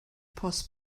post